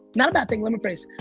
not a bad thing, let me phrase.